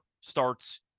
starts